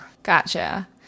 Gotcha